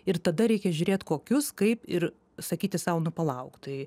ir tada reikia žiūrėti kokius kaip ir sakyti sau nu palauk tai